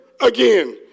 again